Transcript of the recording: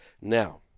now